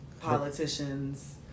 politicians